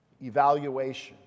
evaluation